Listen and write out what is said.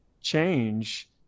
change